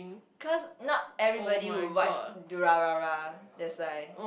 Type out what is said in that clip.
cos not everybody will watch Durarara